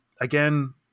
again